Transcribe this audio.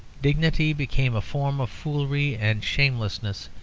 dignity became a form of foolery and shamelessness,